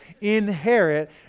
inherit